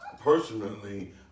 personally